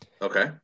Okay